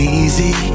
easy